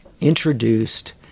introduced